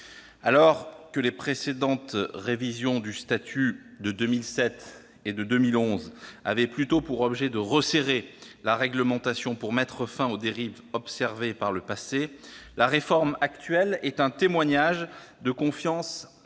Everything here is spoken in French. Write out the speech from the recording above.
Alors que les précédentes révisions du statut, en 2007 et en 2011, avaient plutôt pour objet de resserrer la réglementation pour mettre fin aux dérives observées par le passé, la réforme actuelle est un témoignage de confiance à